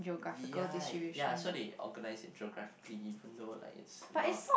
ya ya so they organize it geographically even though like it's not